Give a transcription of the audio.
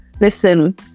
listen